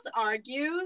argues